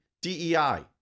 DEI